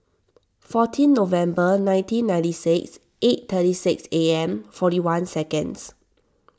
fourteen November nineteen ninety six eight thirty six A M forty one seconds